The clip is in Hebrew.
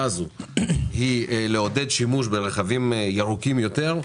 הזאת היא לעודד שימוש ברכבים ירוקים יותר,